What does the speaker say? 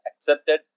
accepted